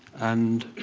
and